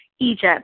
Egypt